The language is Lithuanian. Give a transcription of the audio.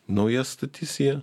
naujas statys jie